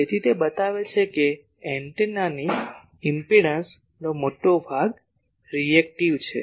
તેથી તે બતાવે છે કે એન્ટેનાની ઇમ્પેડંસ નો મોટો ભાગ રીએકટીવ છે